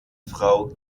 frau